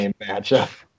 matchup